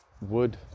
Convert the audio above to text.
wood